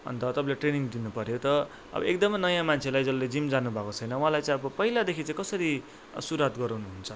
अन्त तपाईँले ट्रेनिङ दिनुपऱ्यो त अब एकदमै नयाँ मान्छेलाई जसले जिम जानु भएको छैन उहाँलाई चाहिँ अब पहिलादेखि चाहिँ कसरी सुरुवात गराउनु हुन्छ